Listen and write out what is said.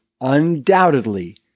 undoubtedly